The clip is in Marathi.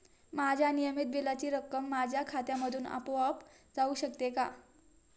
माझ्या नियमित बिलाची रक्कम माझ्या खात्यामधून आपोआप जाऊ शकते का?